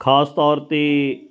ਖਾਸ ਤੌਰ 'ਤੇ